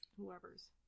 whoever's